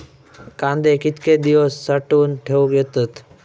कांदे कितके दिवस साठऊन ठेवक येतत?